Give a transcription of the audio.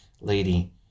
Lady